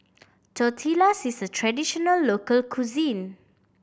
tortillas is a traditional local cuisine